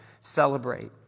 celebrate